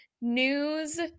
news